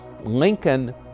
Lincoln